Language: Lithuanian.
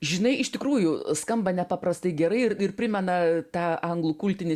žinai iš tikrųjų skamba nepaprastai gerai ir primena tą anglų kultinį